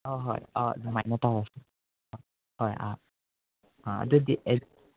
ꯍꯣꯏ ꯍꯣꯏ ꯑꯧ ꯑꯗꯨꯃꯥꯏꯅ ꯇꯧꯔꯁꯦ ꯍꯣꯏ ꯑꯥ ꯑꯥ ꯑꯗꯨꯗꯤ ꯑꯩ